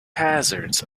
hazards